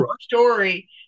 story